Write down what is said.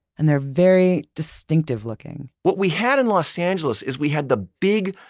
and they're very distinctive looking. what we had in los angeles, is we had the big,